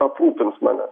aprūpins mane